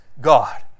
God